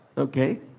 Okay